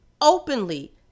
openly